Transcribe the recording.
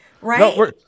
right